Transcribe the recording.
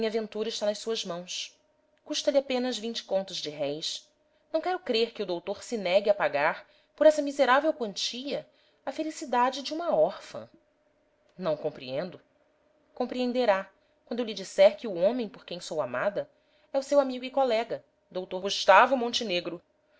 ventura está nas suas mãos custa-lhe apenas vinte contos de réis não quero crer que o doutor se negue a pagar por essa miserável quantia a felicidade de uma órfã não compreendo compreenderá quando eu lhe disser que o homem por quem sou amada é o seu amigo e colega doutor gustavo montenegro